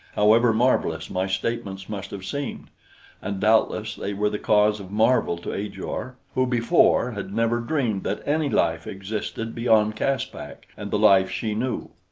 however marvelous my statements must have seemed and doubtless they were the cause of marvel to ajor, who before had never dreamed that any life existed beyond caspak and the life she knew.